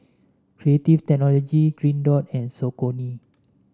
Creative Technology Green Dot and Saucony